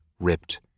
ripped